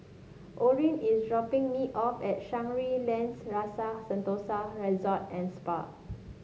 Orin is dropping me off at Shangri La's Rasa Sentosa Resort and Spa